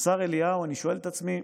והשר אליהו, אני שואל את עצמי: